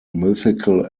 mythical